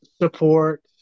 support